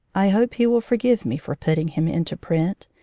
i hope he will forgive me for putting him into print,